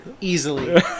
easily